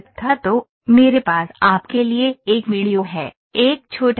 तो मेरे पास आपके लिए एक वीडियो है एक छोटा वीडियो